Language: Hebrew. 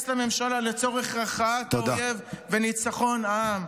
ליטול חלק ולהיכנס לממשלה לצורך הכרעת האויב וניצחון העם.